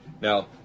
Now